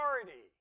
authority